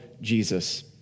Jesus